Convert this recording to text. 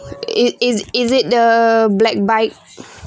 it is is it the black bike